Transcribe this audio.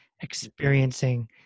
experiencing